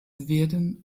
werden